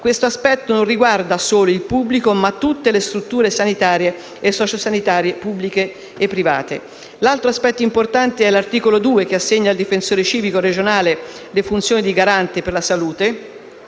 questo aspetto non riguarda solo il pubblico, ma tutte le strutture sanitarie e sociosanitarie pubbliche e private. Un altro aspetto importante è all'articolo 2, che assegna al difensore civico regionale le funzioni di garante per la salute.